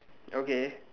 okay